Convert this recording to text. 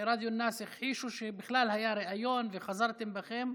ורדיו א-נאס הכחישו שבכלל היה ריאיון, וחזרתם בכם,